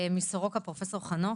מסורוקה פרופ' חנוך.